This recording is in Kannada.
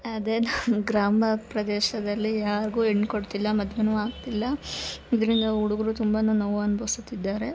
ಅದೇ ನಮ್ಮ ಗ್ರಾಮ ಪ್ರದೇಶದಲ್ಲಿ ಯಾರಿಗೂ ಹೆಣ್ಣು ಕೊಡ್ತಿಲ್ಲ ಮದ್ವೆನು ಆಗ್ತಿಲ್ಲ ಇದರಿಂದ ಹುಡುಗ್ರು ತುಂಬಾನು ನೋವು ಅನ್ಭವಿಸುತ್ತಿದ್ದಾರೆ